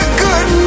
good